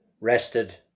Rested